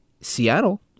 Seattle